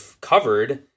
covered